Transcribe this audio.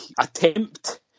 attempt